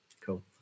Cool